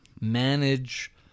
manage